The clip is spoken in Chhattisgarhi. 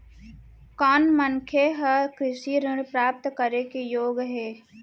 कोन मनखे ह कृषि ऋण प्राप्त करे के योग्य हे?